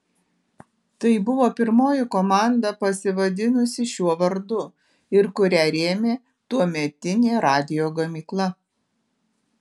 tai buvo pirmoji komanda pasivadinusi šiuo vardu ir kurią rėmė tuometinė radijo gamykla